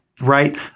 right